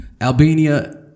Albania